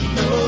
no